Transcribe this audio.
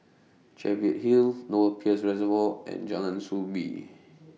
Cheviot Hill Lower Peirce Reservoir and Jalan Soo Bee